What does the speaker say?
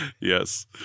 Yes